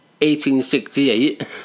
1868